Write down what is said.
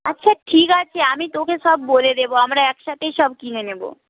আচ্ছা ঠিক আছে আমি তোকে সব বলে দেবো আমরা একসাথেই সব কিনে নেব